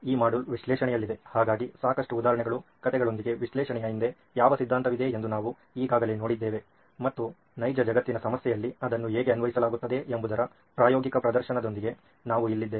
ಈ ಮಾಡ್ಯೂಲ್ ವಿಶ್ಲೇಷಣೆಯಲ್ಲಿದೆ ಹಾಗಾಗಿ ಸಾಕಷ್ಟು ಉದಾಹರಣೆಗಳು ಕಥೆಗಳೊಂದಿಗೆ ವಿಶ್ಲೇಷಣೆಯ ಹಿಂದೆ ಯಾವ ಸಿದ್ಧಾಂತವಿದೆ ಎಂದು ನಾವು ಈಗಾಗಲೇ ನೋಡಿದ್ದೇವೆ ಮತ್ತು ನೈಜ ಜಗತ್ತಿನ ಸಮಸ್ಯೆಯಲ್ಲಿ ಅದನ್ನು ಹೇಗೆ ಅನ್ವಯಿಸಲಾಗುತ್ತದೆ ಎಂಬುದರ ಪ್ರಾಯೋಗಿಕ ಪ್ರದರ್ಶನದೊಂದಿಗೆ ನಾವು ಇಲ್ಲಿದ್ದೇವೆ